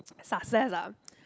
success lah